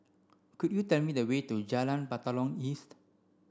could you tell me the way to Jalan Batalong East